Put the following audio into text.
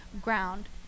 ground